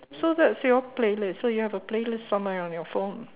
so that's your playlist so you have a playlist somewhere on your phone